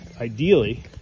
ideally